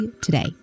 today